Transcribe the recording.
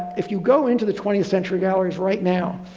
if you go into the twentieth century galleries right now,